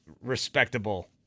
respectable